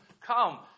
Come